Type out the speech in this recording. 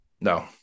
No